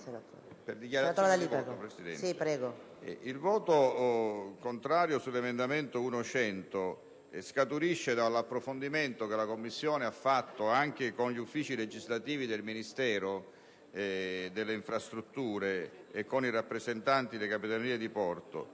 mio voto contrario sull'emendamento 1.100 scaturisce dall'approfondimento che la Commissione ha fatto anche con l'ufficio legislativo del Ministero delle infrastrutture e con i rappresentanti delle Capitanerie di porto.